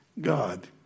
God